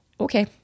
Okay